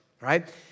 right